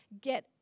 get